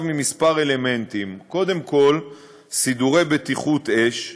מכמה אלמנטים: קודם כול סידורי בטיחות אש מקדימים,